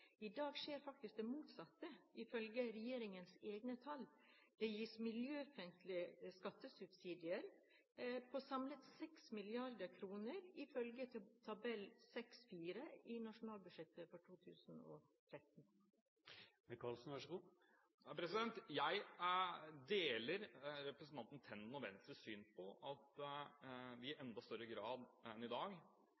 I dag skjer faktisk det motsatte, ifølge regjeringens egne tall. Det gis miljøfiendtlige skattesubsidier på til sammen 6 mrd. kr, ifølge tabell 6.4 i nasjonalbudsjettet for 2013. Jeg deler representanten Tendens og Venstres syn på at vi i